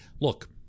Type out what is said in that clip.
Look